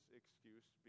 excuse